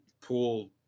pool